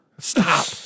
Stop